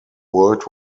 world